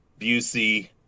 Busey